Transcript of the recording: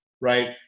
right